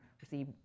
receive